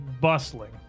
bustling